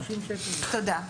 תודה.